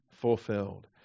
fulfilled